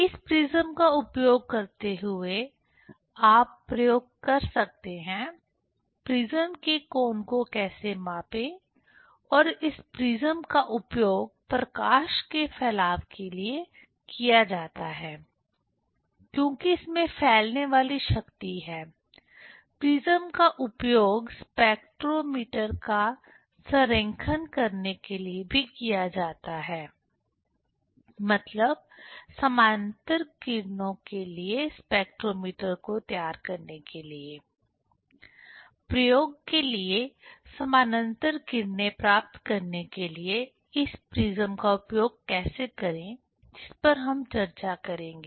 इस प्रिज्म का उपयोग करते हुए आप प्रयोग कर सकते हैं प्रिज्म के कोण को कैसे मापें और इस प्रिज्म का उपयोग प्रकाश के फैलाव के लिए किया जाता है क्योंकि इसमें फैलने वाली शक्ति है प्रिज्म का उपयोग स्पेक्ट्रोमीटर का संरेखण करने के लिए भी किया जाता है मतलब समानांतर किरणों के लिए स्पेक्ट्रोमीटर को तैयार करने के लिए प्रयोग के लिए समानांतर किरणें प्राप्त करने के लिए इस प्रिज्म का उपयोग कैसे करें जिस पर हम चर्चा करेंगे